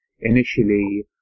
initially